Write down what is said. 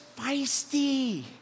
feisty